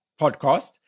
podcast